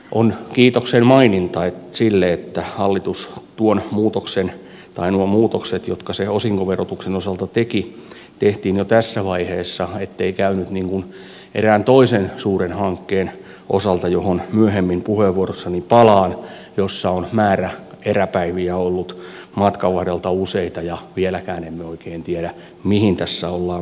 on kiitoksen maininta että hallitus nuo muutokset jotka se osinkoverotuksen osalta teki teki jo tässä vaiheessa ettei käynyt niin kuin erään toisen suuren hankkeen osalta johon myöhemmin puheenvuorossani palaan jossa on määräeräpäiviä ollut matkan varrella useita ja vieläkään emme oikein tiedä mihin tässä ollaan menossa